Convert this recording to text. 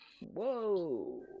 Whoa